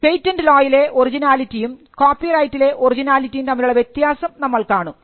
patent ലോയിലെ ഒറിജിനാലിറ്റിയും കോപ്പിറൈറ്റിലെ ഒറിജിനാലിറ്റിയും തമ്മിലുള്ള വ്യത്യാസം നമ്മൾ കാണും